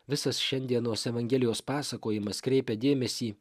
visas šiandienos evangelijos pasakojimas kreipia dėmesį